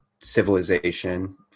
civilization